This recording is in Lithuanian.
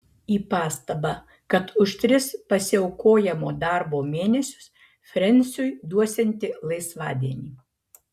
į pastabą kad už tris pasiaukojamo darbo mėnesius frensiui duosianti laisvadienį